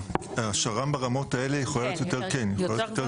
השר"מ ברמות האלה יכולה להיות יותר גבוהה.